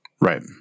Right